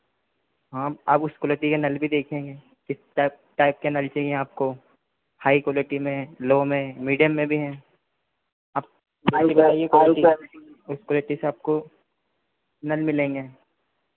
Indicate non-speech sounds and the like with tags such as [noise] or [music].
हाँ आप उस क्वालिटी का नल भी देखेंगे किस टाइप टाइप के नल चाहिए आपको हाई क्वालिटी में लो में मीडियम में भी हैं [unintelligible] इस क्वालिटी से आपको नल मिलेंगे